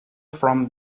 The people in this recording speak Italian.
from